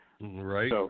Right